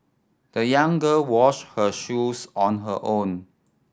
the young girl washed her shoes on her own